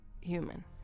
human